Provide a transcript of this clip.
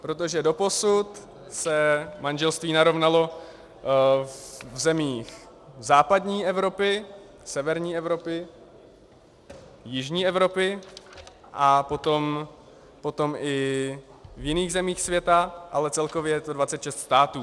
Protože doposud se manželství narovnalo v zemích západní Evropy, severní Evropy, jižní Evropy a potom i v jiných zemích světa, ale celkově je to 26 států.